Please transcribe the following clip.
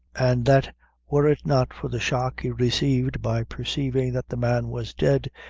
and that were it not for the shock he received by perceiving that the man was dead,